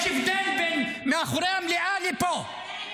יש הבדל בין מאחורי המליאה ופה.